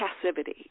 passivity